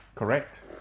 Correct